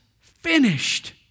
finished